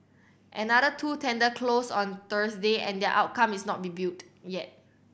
another two tender closed on Thursday and their outcome is not revealed yet